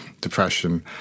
depression